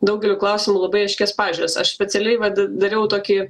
daugeliu klausimu labai aiškias pažiūras aš specialiai vat dariau tokį